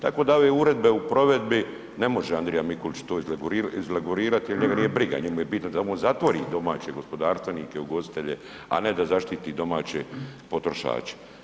Tako da ove uredbe u provedbi ne može Andrija Mikulić to izregulirati jer njega nije briga, njemu je bitno da on zatvori domaće gospodarstvene, ugostitelje, a ne da zaštiti domaće potrošače.